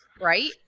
right